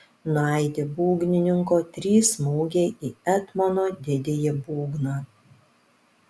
nuaidi būgnininko trys smūgiai į etmono didįjį būgną